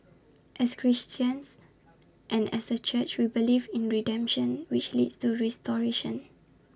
as Christians and as A church we believe in redemption which leads to restoration